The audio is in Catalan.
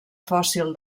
fòssil